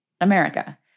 America